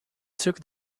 took